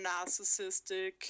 narcissistic